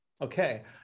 okay